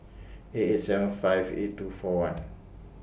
eight eight seven five eight two four one